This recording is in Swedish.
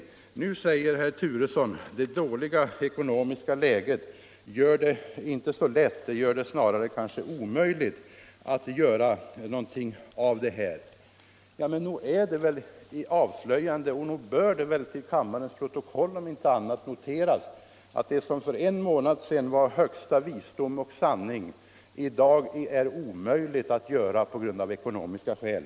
Men nu säger herr Turesson att det dåliga cekonomiska läget gör det inte så lätt utan kanske snarare omöjligt att genomföra någonting av det här.” Nog är det avslöjande - och nog bör det väl om inte annat noteras till kammarens protokoll — att det som för en månad sedan var högsta visdom och sanning i dag är omöjligt att göra av ekonomiska skäl.